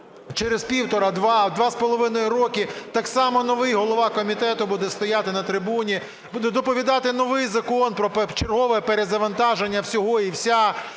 через півтора, два, два з половиною роки так само новий голова комітету буде стояти на трибуні, буде доповідати новий закон про чергове перезавантаження всього і вся.